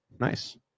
Nice